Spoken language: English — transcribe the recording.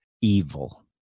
evil